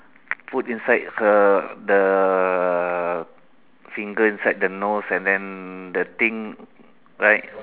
put inside her the finger inside the nose and then the thing like